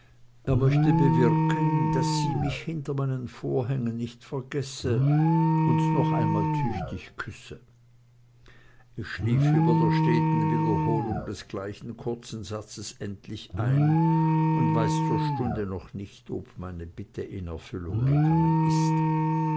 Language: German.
er möchte bewirken daß sie mich hinter meinen vorhängen nicht vergesse und noch einmal tüchtig küsse ich schlief über der steten wiederholung des gleichen kurzen satzes endlich ein und weiß zur stunde noch nicht ob meine bitte in erfüllung gegangen ist